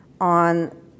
on